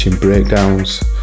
Breakdowns